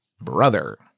brother